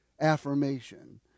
affirmation